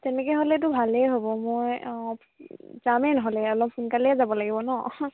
তেনেকৈ হ'লেতো ভালেই হ'ব মই অঁ যামেই নহ'লে অলপ সোনকালে যাব লাগিব ন